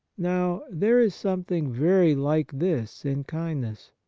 now, there is something very like this in kindness.